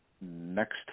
next